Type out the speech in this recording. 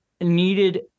needed